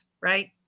right